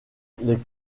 les